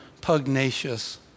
pugnacious